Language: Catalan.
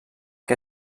que